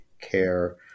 care